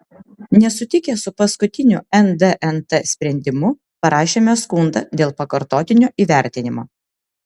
nesutikę su paskutiniu ndnt sprendimu parašėme skundą dėl pakartotinio įvertinimo